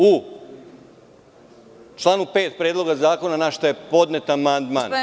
U članu 5. Predloga zakona, na šta je podnet amandman…